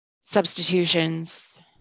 substitutions